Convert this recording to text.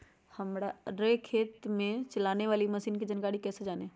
हमारे खेत में चलाने वाली मशीन की जानकारी कैसे जाने?